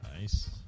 Nice